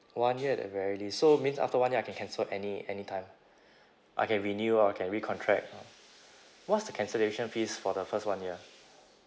one year at the very least so means after one year I can cancel any~ anytime I can renew or I can re-contract what's the cancellation fees for the first one year